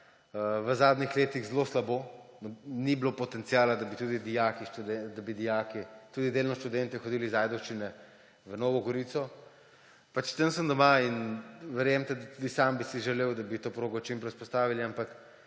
v zadnjih zelo slabo, ni bilo potenciala, da bi tudi dijaki, tudi delno študentje hodili iz Ajdovščine v Novo Gorici. Pač, tam sem doma in verjemite, da tudi sam bi si želel, da bo to progo čim prej vzpostavili, ampak